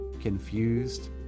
Confused